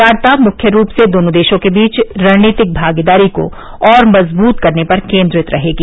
वार्ता मुख्य रूप से दोनों देशों के बीच रणनीतिक भागीदारी को और मजबूत करने पर केन्द्रित रहेगी